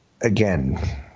Again